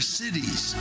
cities